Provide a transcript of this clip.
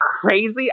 crazy